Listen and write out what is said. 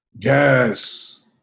Yes